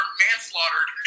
manslaughtered